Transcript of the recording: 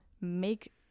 make